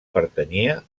pertanyia